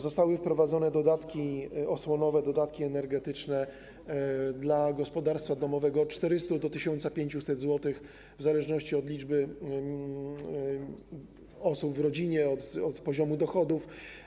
Zostały wprowadzone dodatki osłonowe, dodatki energetyczne dla gospodarstwa domowego - od 400 do 1500 zł, w zależności od liczby osób w rodzinie, od poziomu dochodów.